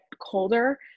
colder